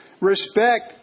respect